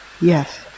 Yes